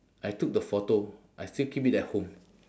I took the photo I still keep it at home